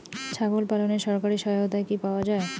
ছাগল পালনে সরকারি সহায়তা কি পাওয়া যায়?